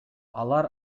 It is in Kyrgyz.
алар